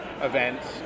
events